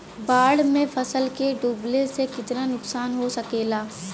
बाढ़ मे फसल के डुबले से कितना नुकसान हो सकेला?